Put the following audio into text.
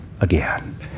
again